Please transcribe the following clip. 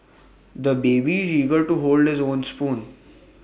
the baby is eager to hold his own spoon